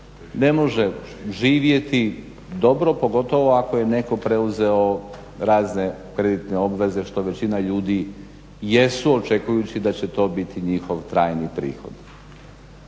ne može živjeti dobro pogotovo ako ne netko preuzeo razne kreditne obveze što većina ljudi jesu očekujući da će to biti njihov trajni prihod.